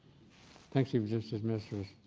think she was just his mistress.